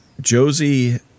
Josie